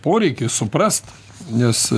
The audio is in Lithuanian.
poreikis suprast nes